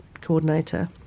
coordinator